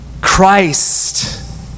Christ